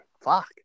Fuck